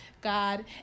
god